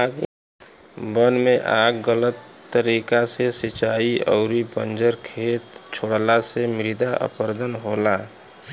वन में आग गलत तरीका से सिंचाई अउरी बंजर खेत छोड़ला से मृदा अपरदन होला